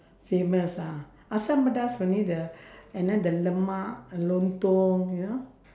famous ah asam-pedas only the and then the lemak uh lontong you know